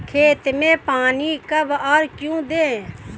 खेत में पानी कब और क्यों दें?